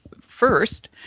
first